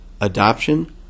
Adoption